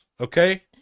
okay